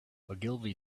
ogilvy